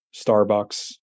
Starbucks